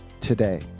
today